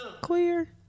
clear